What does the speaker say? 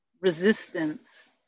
resistance